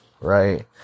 right